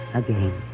again